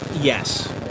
Yes